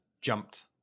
jumped